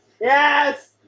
Yes